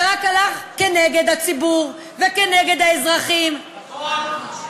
זה רק הלך כנגד הציבור וכנגד האזרחים, נכון.